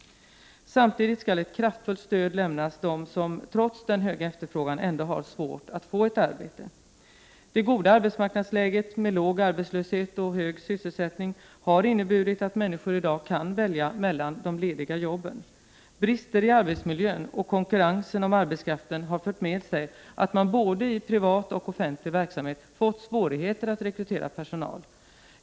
Samtidigt skall ett kraftfullt stöd lämnas dem som trots den höga efterfrågan ändå har svårt att få ett arbete. Det goda arbetsmarknadsläget med låg arbetslöshet och hög sysselsättning har inneburit att människor i dag kan välja mellan de lediga jobben. Brister i arbetsmiljön och konkurrensen om arbetskraften har fört med sig att man i både privat och offentlig verksamhet har fått svårigheter att rekrytera personal.